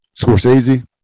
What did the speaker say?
Scorsese